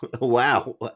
Wow